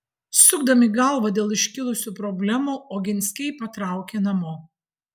sukdami galvą dėl iškilusių problemų oginskiai patraukė namo